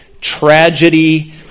tragedy